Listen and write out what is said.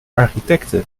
architecte